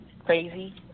Crazy